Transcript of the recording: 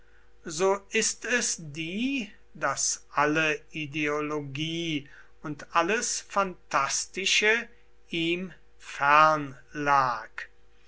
so ist es die daß alle ideologie und alles phantastische ihm fern lag